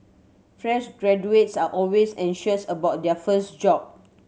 fresh graduates are always anxious about their first job